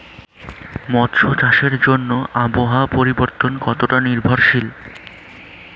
মৎস্য চাষের ক্ষেত্রে আবহাওয়া পরিবর্তন কত নির্ভরশীল?